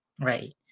Right